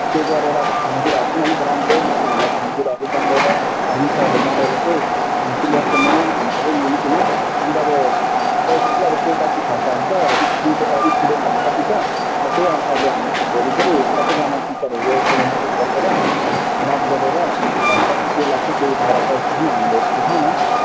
के गरेर अब खाने कुराहरू पनि अलिक राम्रो नानीहरूलाई खाने कुराहरू बाँडेर मिठाईहरू बाँडेर चाहिँ चिल्ड्रेन डे मनाऊ न हामी सब मिलीकन अन्त अब पैसा चाहिँ अब के कति खर्च हुन्छ स्कुल स्टुडेन्टहरू कति छ अब त्यही अनुसारले हामी भोलि फेरि सबजना टिचरहरू एक पल्ट मिटिङ बसेर बात गरेर अन्त अब कति के लाग्छ त्यो उठाएर पैसा पनि हामीले उठाऊँ न